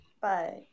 Bye